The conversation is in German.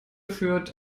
führt